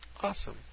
Awesome